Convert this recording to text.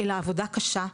אלא עבודה קשה,